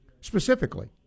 specifically